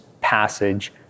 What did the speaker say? passage